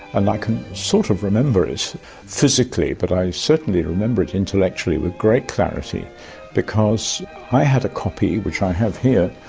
and i can sort of remember it physically, but i certainly remember it intellectually with great clarity because i had a copy, which i have here,